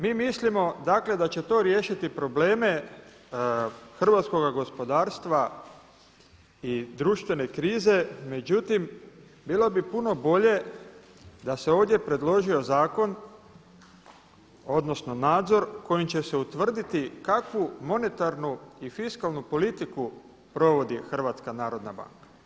Mi mislimo da će to riješiti probleme hrvatskoga gospodarstva i društvene krize, međutim bilo bi puno bolje da se ovdje predložio zakon odnosno nadzor kojim će se utvrditi kakvu monetarnu i fiskalnu politiku provodi HNB.